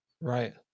Right